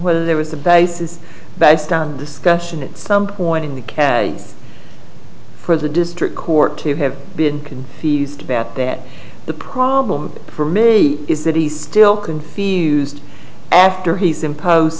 whether there was a basis based on discussion at some point in the cab for the district court to have been confused about that the problem for me is that he still can feel used after he's impose